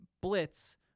blitz